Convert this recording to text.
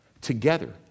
Together